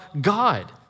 God